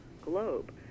globe